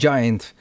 Giant